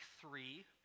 three